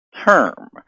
term